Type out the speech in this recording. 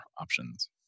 options